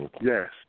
Yes